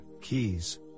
keys